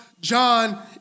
John